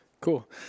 Cool